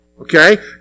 okay